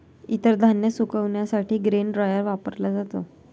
इतर धान्य सुकविण्यासाठी ग्रेन ड्रायर वापरला जातो